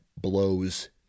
blows